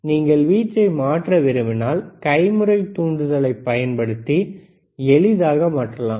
நீங்கள் வீச்சை மாற்ற விரும்பினால் கைமுறை தூண்டுதலைப் பயன்படுத்தி எளிதாக மாற்றலாம்